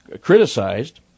criticized